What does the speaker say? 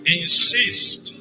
insist